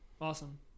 Awesome